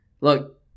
Look